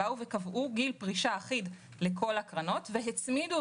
קבעו גיל פרישה אחיד לכל הקרנות והצמידו